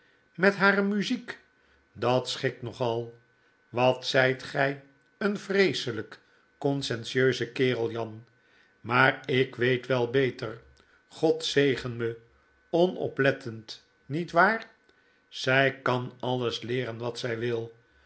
met hare muziek dat schikt nogal wat zijt gy een vreeselp coriscientieuze kerel jan maar ik weet wel beter god zegen me onoplettend niet waar zy kan alles leeren als zij wil